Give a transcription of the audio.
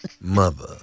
mother